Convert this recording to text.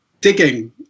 digging